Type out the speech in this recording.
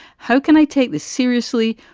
how can i take this seriously?